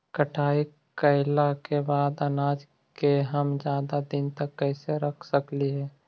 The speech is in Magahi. कटाई कैला के बाद अनाज के हम ज्यादा दिन तक कैसे रख सकली हे?